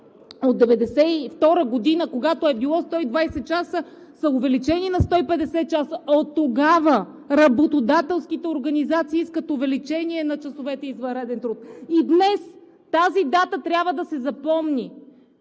от 1992 г., когато е било 120 часа, са увеличени на 150 часа, оттогава работодателските организации искат увеличение на часовете извънреден труд, и днес тази дата трябва да се запомни